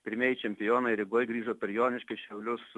pirmieji čempionai rygoj grįžo per joniškį į šiaulius